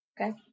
okay